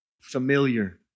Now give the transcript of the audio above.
familiar